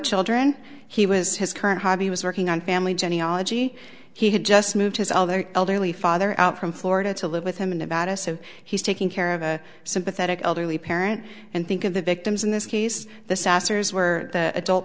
children he was his current hobby was working on family genealogy he had just moved his all their elderly father out from florida to live with him in nevada so he's taking care of a sympathetic elderly parent and think of the victims in this case the sasser as were the adult